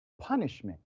punishment